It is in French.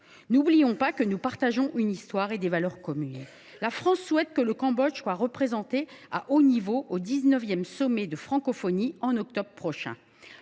N’oublions pas que nous partageons une histoire et des valeurs communes. La France souhaite que le Cambodge soit représenté à haut niveau au XIX sommet de la francophonie, au mois d’octobre prochain.